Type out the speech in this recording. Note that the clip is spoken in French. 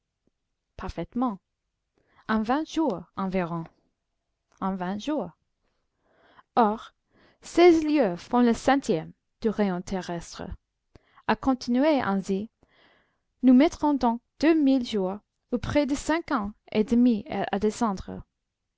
parfaitement en vingt jours environ en vingt jours or seize lieues font le centième du rayon terrestre a continuer ainsi nous mettrons donc deux mille jours ou près de cinq ans et demi à descendre